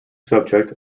subject